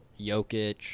Jokic